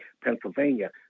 Pennsylvania